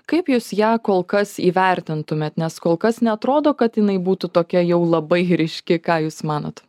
kaip jūs ją kol kas įvertintumėt nes kol kas neatrodo kad jinai būtų tokia jau labai ryški ką jūs manot